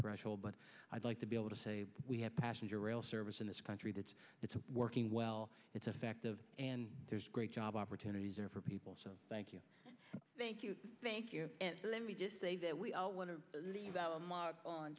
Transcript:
threshold but i'd like to be able to say we have passenger rail serve in this country that's it's working well it's effective and there's great job opportunities are for people so thank you thank you thank you let me just say that we all want to